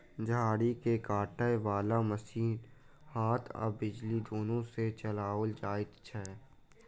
झाड़ी के काटय बाला मशीन हाथ आ बिजली दुनू सँ चलाओल जाइत छै